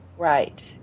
Right